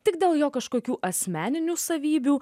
tik dėl jo kažkokių asmeninių savybių